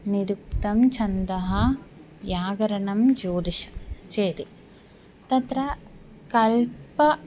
निरुक्तं छन्दः व्याकरणं ज्योतिषं चेति तत्र कल्पं